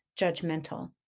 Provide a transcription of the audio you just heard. judgmental